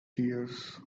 tears